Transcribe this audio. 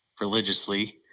religiously